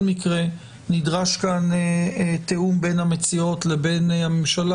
מקרה נדרש כאן תיאום בין המציאות לבין הממשלה,